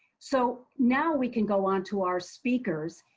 so now we can go on to our speakers.